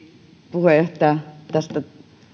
puheenjohtaja tästä